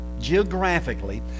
Geographically